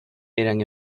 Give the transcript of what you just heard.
eran